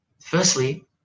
Firstly